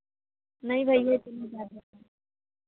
नहीं भैया इतनी ज़्यादा कहाँ